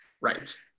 right